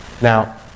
now